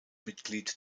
mitglied